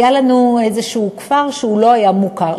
היה לנו איזה כפר שהוא לא היה מוכר,